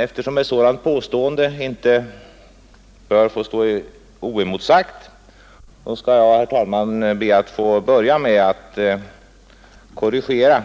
Eftersom ett sådant påstående inte bör få stå oemotsagt skall jag, herr talman, be att få börja med att korrigera